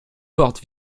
porte